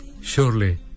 surely